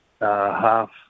half